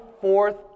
fourth